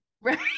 Right